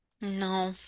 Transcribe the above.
No